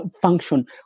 function